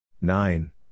Nine